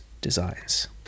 designs